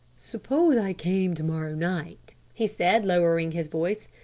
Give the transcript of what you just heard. suppose i came to-morrow night, he said, lowering his voice,